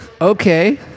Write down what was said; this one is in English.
okay